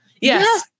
Yes